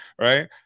Right